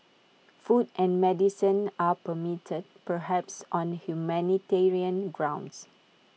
food and medicine are permitted perhaps on humanitarian grounds